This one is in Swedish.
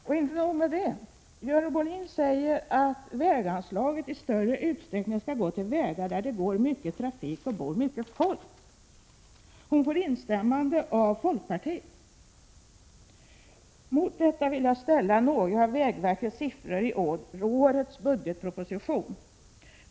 Och inte nog med det. Görel Bohlin säger att väganslaget i stor utsträckning skall gå till vägar där det går mycket trafik och bor mycket folk. Hon får instämmande av folkpartiet. Mot detta vill jag ställa några av vägverkets siffror i årets budgetproposition.